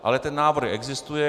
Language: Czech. Ale ten návrh existuje.